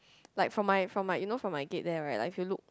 like from my from my you know from my gate there right like if you look